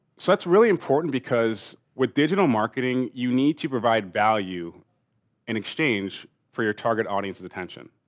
so, that's really important because with digital marketing you need to provide value in exchange for your target audiences attention.